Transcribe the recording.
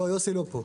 לא, יוסי לא פה.